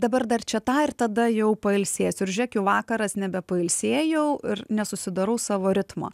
dabar dar čia tą ir tada jau pailsėsiu ir žiūrėk jau vakaras nebepailsėjau ir nesusidarau savo ritmo